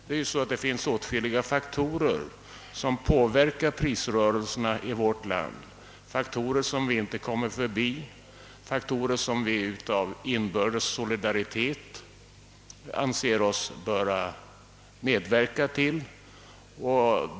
Det finns åtskilliga faktorer som påverkar prisrörelserna i vårt land, faktorer som vi inte kommer förbi, och åtgärder som vi av inbördes solidaritet anser oss böra medverka till.